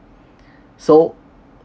so